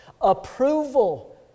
approval